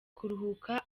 kuruhuka